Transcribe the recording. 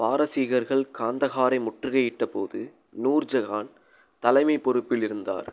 பாரசீகர்கள் காந்தஹாரை முற்றுகையிட்டபோது நூர்ஜஹான் தலைமைப் பொறுப்பில் இருந்தார்